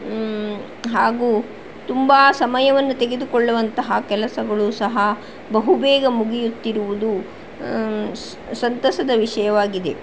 ಹಾಗೂ ತುಂಬ ಸಮಯವನ್ನು ತೆಗೆದುಕೊಳ್ಳುವಂತಹ ಕೆಲಸಗಳು ಸಹ ಬಹುಬೇಗ ಮುಗಿಯುತ್ತಿರುವುದು ಸಂತಸದ ವಿಷಯವಾಗಿದೆ